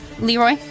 Leroy